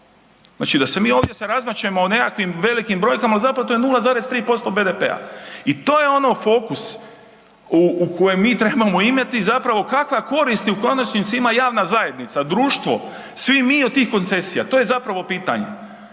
Znači da se mi ovdje sad …/nerazumljivo/… o nekakvim brojkama zapravo to je 0,3% BDP-a. I to je ono fokus u kojem mi trebamo imati zapravo kakva korist u konačnici ima javna zajednica, društvo, svi mi od tih koncesija. To je zapravo pitanje.